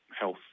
health